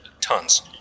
tons